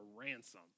ransom